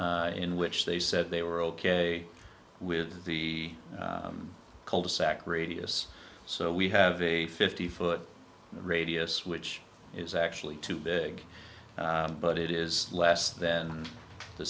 in which they said they were ok with the cul de sac radius so we have a fifty foot radius which is actually too big but it is less than the